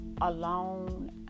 alone